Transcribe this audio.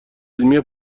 علمی